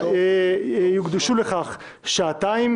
לכך יוקדשו שעתיים,